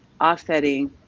offsetting